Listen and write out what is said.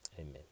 amen